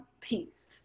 Peace